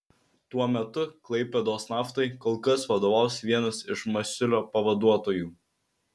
tuo metu klaipėdos naftai kol kas vadovaus vienas iš masiulio pavaduotojų